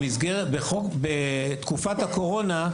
בתקופת הקורונה,